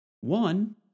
One